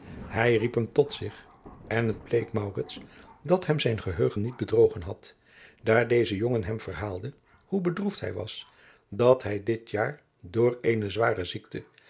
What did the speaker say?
hij riep hem tot zich en het bleek maurits dat hem zijn geheugen niet bedrogen had daar deze jongen hem verhaalde hoe bedroefd hij was dat hij dit jaar door eene zware ziekte